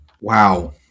Wow